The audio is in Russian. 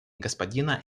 господина